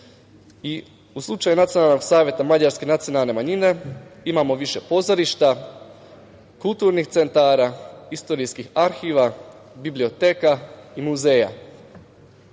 U slučaju Nacionalnog saveta mađarske nacionalne manjine imamo viši pozorišta, kulturnih centara, istorijskih arhiva, biblioteka i muzeja. Od